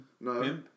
no